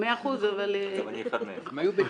כבוד היושבת ראש, כאן דיברו על זה